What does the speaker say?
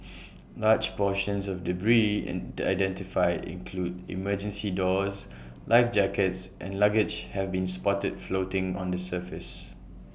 large portions of debris and identified include emergency doors life jackets and luggage have been spotted floating on the surface